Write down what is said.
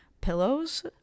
Pillows